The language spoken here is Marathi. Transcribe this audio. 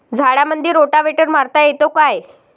झाडामंदी रोटावेटर मारता येतो काय?